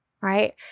Right